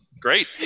Great